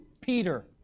Peter